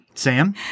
Sam